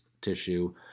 tissue